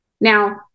Now